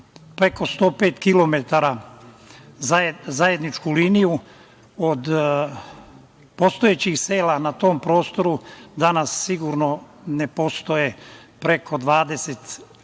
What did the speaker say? preko 105 kilometara zajedničku liniju. Od postojećih sela na tom prostoru danas sigurno ne postoje preko 20, nema